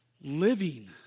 living